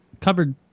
covered